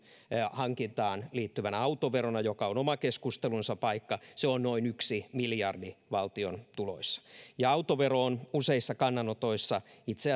hankintaan liittyvänä autoverona joka on oman keskustelunsa paikka se on noin yksi miljardi valtion tuloissa ja autovero on useissa kannanotoissa itse